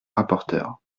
rapporteur